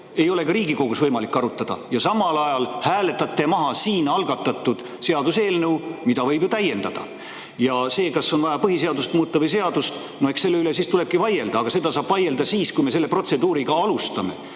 Ei ole ka Riigikogus võimalik arutada. Ja samal ajal hääletate maha siin algatatud seaduseelnõu, mida võib ju täiendada. See, kas on vaja põhiseadust muuta või muud seadust, eks selle üle siis tulebki vaielda. Aga selle üle saab vaielda siis, kui me seda protseduuri alustame.